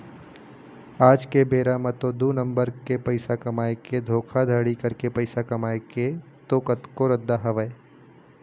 आज के बेरा म तो दू नंबर के पइसा कमाए के धोखाघड़ी करके पइसा कमाए के तो कतको रद्दा हवय